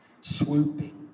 swooping